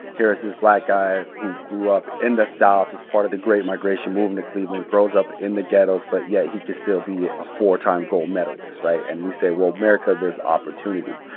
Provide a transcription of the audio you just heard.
here is this black guy who grew up in the south, is part of the great migration movement cleveland grows up in the ghettos, but yet he could still be a four-time gold medalist, right? and we say, well, america, there's opportunity.